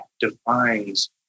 defines